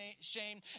shame